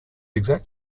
exact